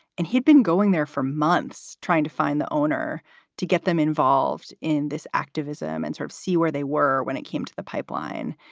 and he'd been going there for months trying to find the owner to get them involved in this activism and sort of see where they were when it came to the pipeline.